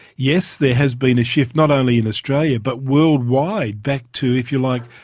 yes, there has been a shift, not only in australia but worldwide, back to, if you like,